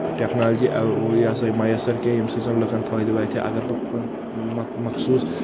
technology اَ یہِ ہسا یہِ میسر کینٛہہ ییٚمہِ سۭتۍ زن لُکن فٲیِدٕ واتہا اگر بہٕ مخ مخصوٗص